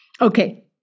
Okay